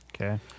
Okay